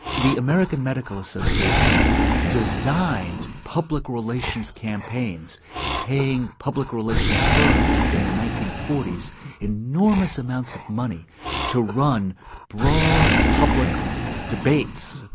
the american medical association designed public relations campaigns paying public relations firms in the nineteen forty s enormous amounts of money to run broad public debates,